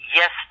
yes